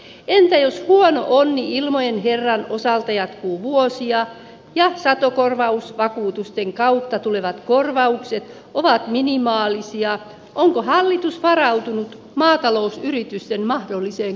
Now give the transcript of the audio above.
entä jos huono onni ilmojen herran osalta jatkuu vuosia ja satokorvausvakuutusten kautta tulevat korvaukset ovat minimaalisia onko hallitus varautunut maatalousyritysten mahdolliseen konkurssiaaltoon